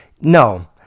No